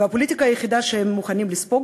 והפוליטיקה היחידה שהם מוכנים לספוג